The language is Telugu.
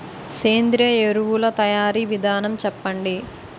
సేంద్రీయ ఎరువుల తయారీ విధానం చెప్పండి?